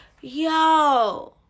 yo